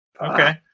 Okay